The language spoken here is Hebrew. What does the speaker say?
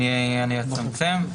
אצמצם.